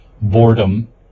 boredom